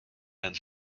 and